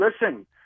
listen—